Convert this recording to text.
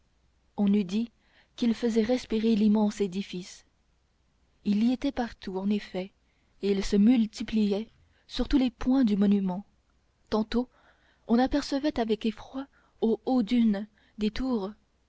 on eût dit qu'il faisait respirer l'immense édifice il y était partout en effet il se multipliait sur tous les points du monument tantôt on apercevait avec effroi au plus haut d'une des tours